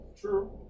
True